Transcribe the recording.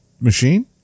machine